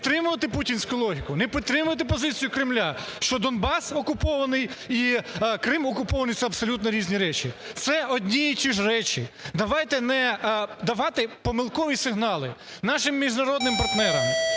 не підтримувати путінську логіку, не підтримувати позицію Кремля, що Донбас окупований і Крим окупований – це абсолютно різні речі. Це одні і ті ж речі, давайте не давати помилкові сигнали нашим міжнародним партнерам,